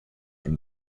and